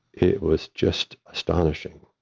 it was just astonishing.